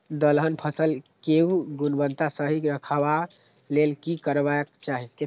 दलहन फसल केय गुणवत्ता सही रखवाक लेल की करबाक चाहि?